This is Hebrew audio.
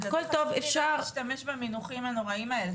אי אפשר להשתמש במינוחים הנוראיים האחלה,